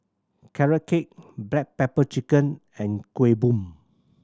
Carrot Cake black pepper chicken and Kuih Bom